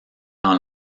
dans